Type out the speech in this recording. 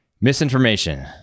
Misinformation